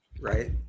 Right